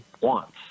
wants